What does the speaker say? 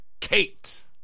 Kate